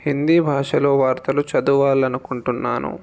హిందీ భాషలో వార్తలు చదువాలనుకుంటున్నాను